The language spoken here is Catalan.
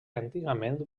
antigament